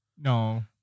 no